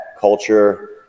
culture